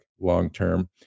long-term